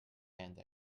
and